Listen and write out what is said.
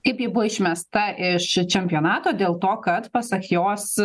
kaip ji buvo išmesta iš čempionato dėl to kad pasak jos